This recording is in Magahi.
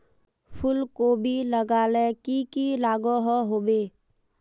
फूलकोबी लगाले की की लागोहो होबे?